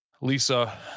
Lisa